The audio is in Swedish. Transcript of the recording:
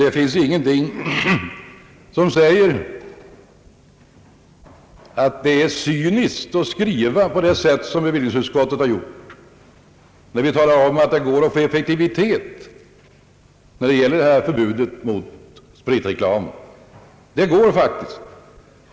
Det finns ingenting som ger uttryck åt den uppfattningen, att det är »cyniskt» att skriva på det sätt som bevillningsutskottet har gjort, när det talar om att det går att få effektivitet när det gäller att upprätthålla förbudet mot spritreklam. Det går faktiskt att göra Ang. vissa alkoholpolitiska frågor det.